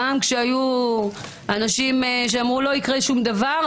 גם כשהיו אנשים שאמרו "לא יקרה שום דבר",